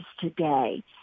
today